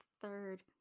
third